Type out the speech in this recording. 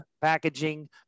packaging